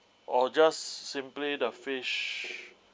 or just simply the fish